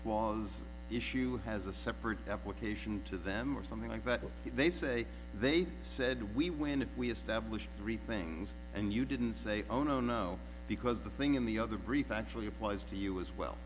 was issue has a separate application to them or something like that when they say they said we when we established three things and you didn't say oh no no because the thing in the other brief actually applies to you as well